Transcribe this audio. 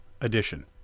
edition